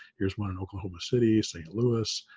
here's one in oklahoma city, st. louis.